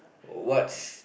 what's